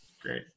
great